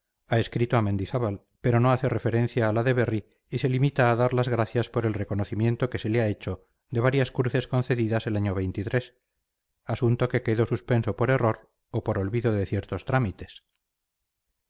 ha escrito a mendizábal pero no hace referencia a la de berry y se limita a dar las gracias por el reconocimiento que se le ha hecho de varias cruces concedidas el año asunto que quedó suspenso por error o por olvido de ciertos trámites